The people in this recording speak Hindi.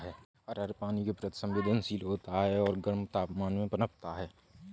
अरहर पानी के प्रति संवेदनशील होता है और गर्म तापमान में पनपता है